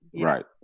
Right